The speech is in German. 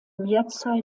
mehrzahl